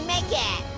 make it.